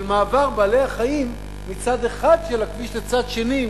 של מעבר בעלי-החיים מצד אחד של הכביש לצד שני,